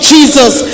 Jesus